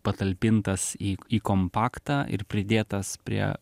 patalpintas į į kompaktą ir pridėtas prie